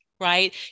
right